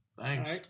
thanks